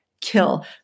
kill